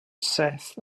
seth